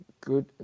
good